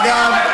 אגב,